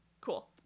Cool